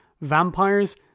vampires